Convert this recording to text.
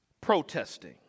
protesting